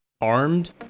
armed